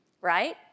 Right